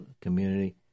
community